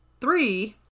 three